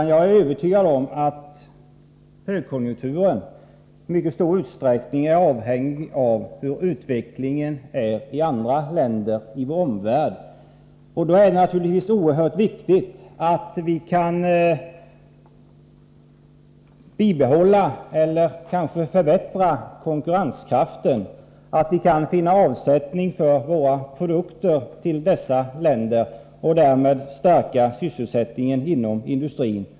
Jag är övertygad om att högkonjunkturen i mycket stor utsträckning är avhängig av utvecklingen i andra länder. Då är det naturligtvis oerhört viktigt att vi kan bibehålla eller kanske förbättra konkurrenskraften, att vi kan finna avsättning för våra produkter i dessa länder och därmed stärka sysselsättningen inom industrin.